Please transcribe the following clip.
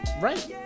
Right